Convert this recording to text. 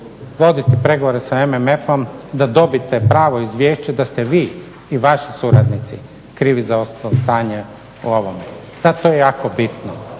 voditi pregovore sa MMF-om da dobite pravo izvješće da ste vi i vaši suradnici za osnovno stanje ovome. Da, to je jako bitno.